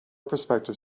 prospective